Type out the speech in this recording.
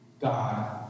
God